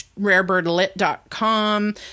rarebirdlit.com